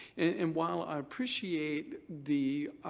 and while i appreciate the